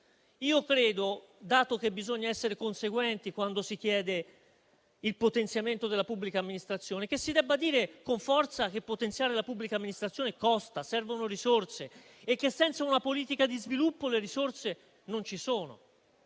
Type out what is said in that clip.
Infine, dato che bisogna essere conseguenti quando si chiede il potenziamento della pubblica amministrazione, credo si debba dire con forza che potenziare la pubblica amministrazione costa, che servono risorse e senza una politica di sviluppo le risorse non ci sono.